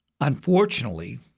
unfortunately